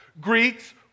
Greeks